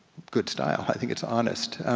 good style, i think it's honest.